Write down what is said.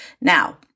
Now